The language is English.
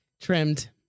Trimmed